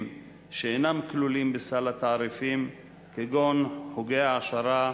שאינם כלולים בסל התעריפים כגון חוגי העשרה,